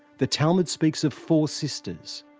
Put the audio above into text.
the talmud speaks of four sisters.